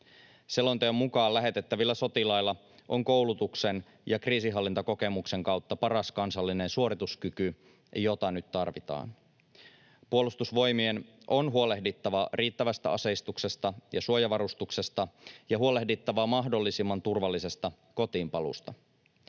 Selonteon mukaan lähetettävillä sotilailla on koulutuksen ja kriisinhallintakokemuksen kautta paras kansallinen suorituskyky, jota nyt tarvitaan. Puolustusvoimien on huolehdittava riittävästä aseistuksesta ja suojavarustuksesta ja huolehdittava mahdollisimman turvallisesta kotiinpaluusta.